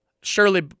Surely